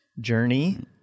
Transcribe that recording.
Journey